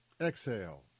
Exhale